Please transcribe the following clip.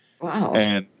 Wow